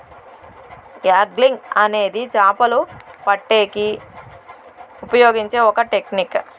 angling అనేది చాపలు పట్టేకి ఉపయోగించే ఒక టెక్నిక్